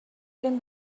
بریم